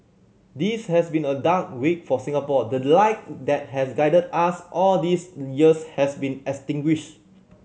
this has been a dark week for Singapore the the light that has guided us all these years has been extinguished